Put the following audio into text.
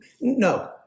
No